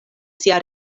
sia